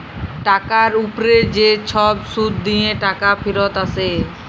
টাকার উপ্রে যে ছব সুদ দিঁয়ে টাকা ফিরত আসে